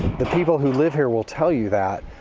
the people who live here will tell you that.